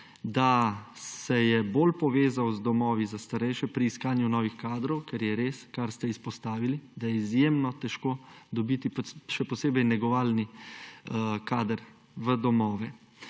da se je bolj povezal z domovi za starejše pri iskanju novih kadrov, ker je res, kar ste izpostavili, da je izjemno težko dobiti še posebej negovalni kader v domove.